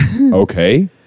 Okay